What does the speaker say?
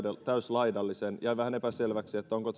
täyslaidallisen jäi vähän epäselväksi onko